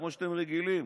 כמו שאתם רגילים,